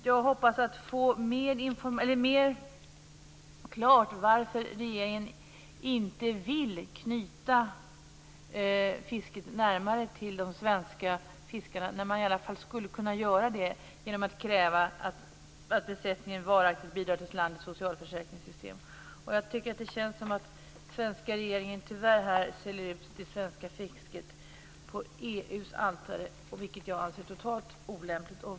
Jag hoppas få klarlagt varför regeringen inte vill knyta fisket närmare till de svenska fiskarna, när man i alla fall skulle kunna göra det genom att kräva att "besättningen varaktigt bidrar till landets socialförsäkringssystem". Det känns tyvärr som att den svenska regeringen säljer ut det svenska fisket på EU:s altare, vilket jag anser vara totalt olämpligt.